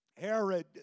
Herod